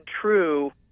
true